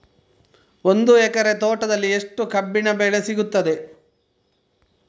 ಒಂದು ಎಕರೆ ತೋಟದಲ್ಲಿ ಎಷ್ಟು ಕಬ್ಬಿನ ಬೆಳೆ ಸಿಗುತ್ತದೆ?